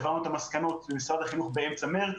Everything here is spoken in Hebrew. העברנו את המסקנות למשרד החינוך באמצע מרס,